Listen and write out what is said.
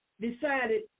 decided